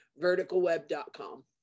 verticalweb.com